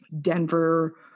denver